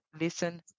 Listen